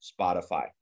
Spotify